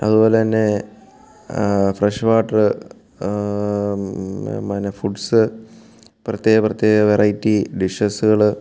അതുപോലെ തന്നെ freshwater foods പ്രത്യേക പ്രത്യേക വെറൈറ്റി ഡിഷെസുകൾ